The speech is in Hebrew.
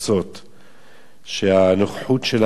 שהנוכחות שלה בשטח מונעת